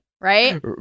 right